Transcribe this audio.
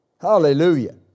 Hallelujah